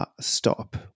stop